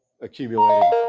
accumulating